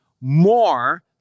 more